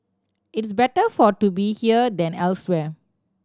it's better for to be here than elsewhere